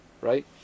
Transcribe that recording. right